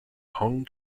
hong